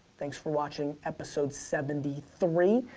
thanks for watching episode seventy three.